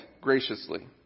graciously